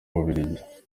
bubiligi